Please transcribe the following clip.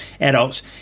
adults